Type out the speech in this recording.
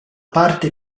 parte